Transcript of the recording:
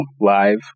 live